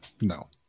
No